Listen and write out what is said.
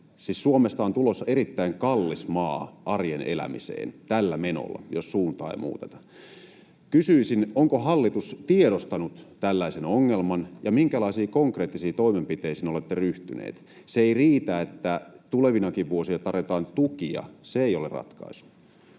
Suomesta on tulossa erittäin kallis maa arjen elämiseen tällä menolla, jos suuntaa ei muuteta. Kysyisin: onko hallitus tiedostanut tällaisen ongelman, ja minkälaisiin konkreettisiin toimenpiteisiin olette ryhtyneet? Se ei riitä, että tulevinakin vuosina tarjotaan tukia. Se ei ole ratkaisu.